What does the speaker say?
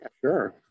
Sure